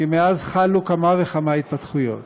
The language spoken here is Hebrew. כי מאז חלו כמה וכמה התפתחויות.